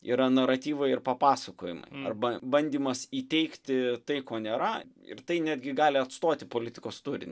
yra naratyvai ir papasakojimai arba bandymas įteigti tai ko nėra ir tai netgi gali atstoti politikos turinį